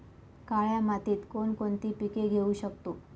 काळ्या मातीत कोणकोणती पिके घेऊ शकतो?